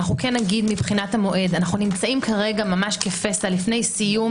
מבחינת המועד אנחנו נמצאים כרגע ממש כפסע לפני סיום